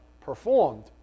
performed